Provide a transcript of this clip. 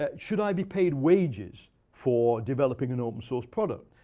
ah should i be paid wages for developing an open source product?